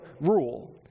rule